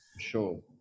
sure